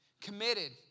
committed